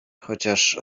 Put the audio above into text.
chociaż